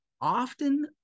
Often